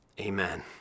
Amen